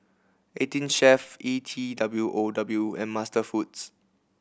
Eighteen Chef E T W O W and MasterFoods